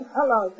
Hello